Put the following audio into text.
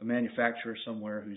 a manufacturer somewhere who's